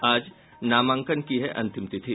आज नामांकन की है अंतिम तिथि